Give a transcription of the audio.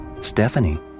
Stephanie